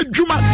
Juma